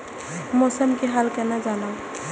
मौसम के हाल केना जानब?